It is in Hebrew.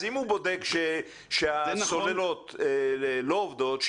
אז אם הוא בודק שהסוללות לא עובדות,